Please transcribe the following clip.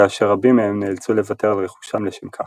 כאשר רבים מהם נאלצו לוותר על רכושם לשם כך.